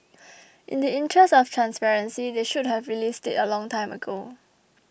in the interest of transparency they should have released it a long time ago